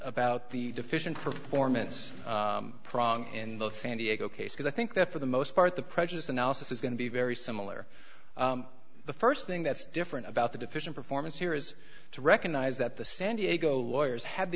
the deficient performance prong in both san diego case because i think that for the most part the prejudiced analysis is going to be very similar the first thing that's different about the deficient performance here is to recognize that the san diego lawyers had the